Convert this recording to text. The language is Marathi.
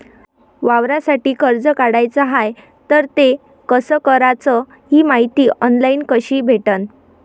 वावरासाठी कर्ज काढाचं हाय तर ते कस कराच ही मायती ऑनलाईन कसी भेटन?